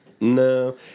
No